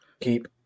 keep